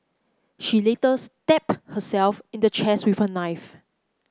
she later stab herself in the chest with a knife